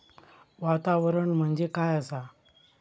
वातावरण म्हणजे काय आसा?